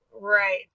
Right